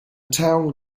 town